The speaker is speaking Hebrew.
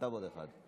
אתה ועוד אחד.